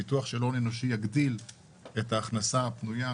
פיתוח של ההון האנושי יגדיל את ההכנסה הפנויה.